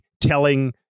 telling